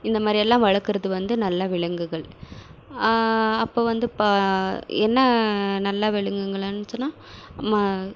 இந்த மாதிரியெல்லாம் வளர்க்கறது வந்து நல்ல விலங்குகள் அப்போ வந்து ப என்ன நல்ல விலங்குகளுன்னு சொன்னால் ம